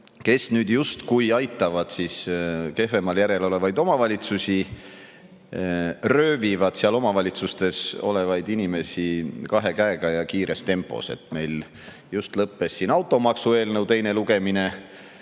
kes nüüd justkui aitavad kehvemal järjel olevaid omavalitsusi, röövivad seal omavalitsustes olevaid inimesi kahe käega ja kiires tempos. Meil just lõppes siin automaksu eelnõu teine lugemine.